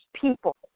people